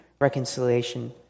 reconciliation